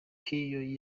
iyi